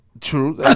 true